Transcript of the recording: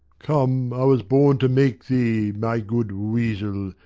come, i was born to make thee, my good weasel,